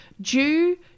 due